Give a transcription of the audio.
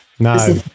no